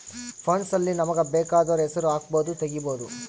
funds ಅಲ್ಲಿ ನಮಗ ಬೆಕಾದೊರ್ ಹೆಸರು ಹಕ್ಬೊದು ತೆಗಿಬೊದು